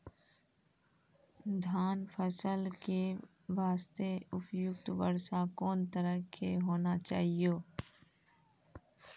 धान फसल के बास्ते उपयुक्त वर्षा कोन तरह के होना चाहियो?